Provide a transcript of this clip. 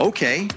Okay